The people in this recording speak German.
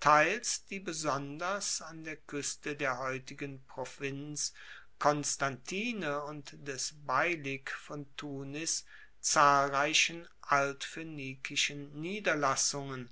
teils die besonders an der kueste der heutigen provinz constantine und des beylik von tunis zahlreichen altphoenikischen niederlassungen